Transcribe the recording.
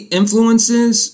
influences